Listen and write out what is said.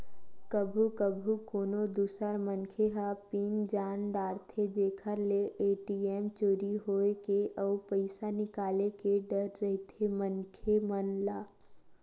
कभू कभू कोनो दूसर मनखे ह पिन जान डारथे जेखर ले ए.टी.एम चोरी होए के अउ पइसा निकाले के डर रहिथे मनखे मन ल